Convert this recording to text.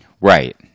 Right